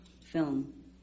film